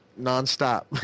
nonstop